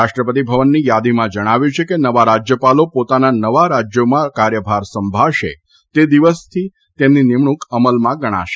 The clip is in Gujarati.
રાષ્ટ્રપતિ ભવનની યાદીમાં જણાવ્યું છે કે નવા રાજયપાલો પોતાના નવા રાજયોમાં કાર્યભાર સંભાળશે તે દિવસની તેમની નિમણુંક અમલમાં ગણાશે